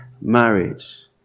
marriage